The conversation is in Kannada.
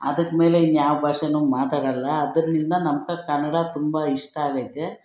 ಅದ್ಕ್ಮೇಲೆ ಇನ್ಯಾವ ಭಾಷೆನೂ ಮಾತಾಡಲ್ಲ ಅದರ್ನಿಂದ ನಮ್ಗೆ ಕನ್ನಡ ತುಂಬ ಇಷ್ಟ ಆಗೈತೆ